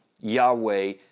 Yahweh